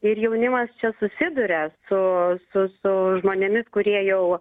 ir jaunimas čia susiduria su su su žmonėmis kurie jau